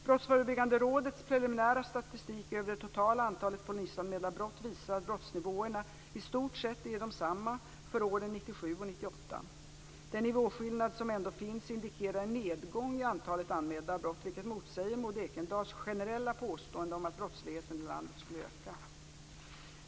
Brottsförebyggande rådets preliminära statistik över det totala antalet polisanmälda brott visar att brottsnivåerna i stort sett är desamma för åren 1997 och 1998. Den nivåskillnad som ändå finns indikerar en nedgång i antalet anmälda brott, vilket motsäger Maud Ekendahls generella påstående om att brottsligheten i landet skulle öka.